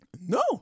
No